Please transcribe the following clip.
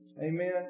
Amen